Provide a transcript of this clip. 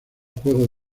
juego